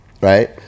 right